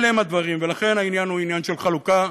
אלה הם הדברים, ולכן, העניין הוא עניין של חלוקה.